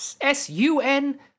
S-U-N